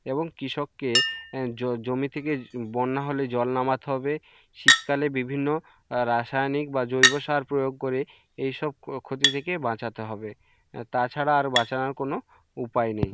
এবং কৃষককে জমি থেকে বন্যা হলে জল নামাতে হবে শীতকালে বিভিন্ন রাসায়নিক বা জৈব সার প্রয়োগ করে এই সব ক্ষতি থেকে বাঁচাতে হবে তাছাড়া আর বাঁচানোর কোনো উপায় নেই